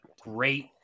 great